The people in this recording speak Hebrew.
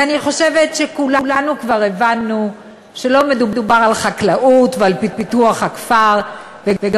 כי אני חושבת שכולנו כבר הבנו שלא מדובר על חקלאות ועל פיתוח הכפר וגם